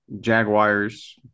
Jaguars